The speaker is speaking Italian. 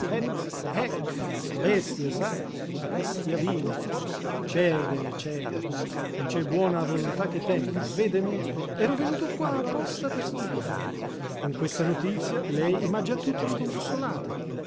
haec bestia sa bestia vile cede cede non c'è buona volontà che tenga vede me ero venuto qua apposta per studiare con questa notizia lei m'ha già tutto scombussolato